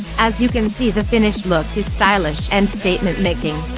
as you can see the finished look is stylish and statement making.